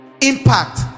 impact